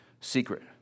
secret